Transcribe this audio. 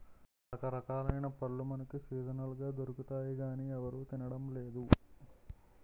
రకరకాలైన పళ్ళు మనకు సీజనల్ గా దొరుకుతాయి గానీ ఎవరూ తినడం లేదు